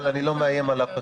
אבל אני לא מאיים על אף אחד.